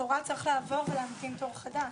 לכאורה צריך לעבור ולהמתין תור חדש,